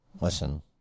Listen